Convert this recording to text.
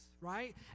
right